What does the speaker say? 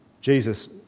Jesus